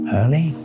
early